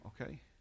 okay